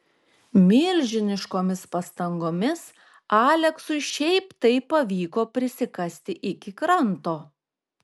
milžiniškomis pastangomis aleksui šiaip taip pavyko prisikasti iki kranto